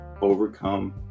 overcome